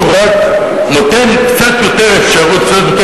הוא רק נותן קצת יותר אפשרות,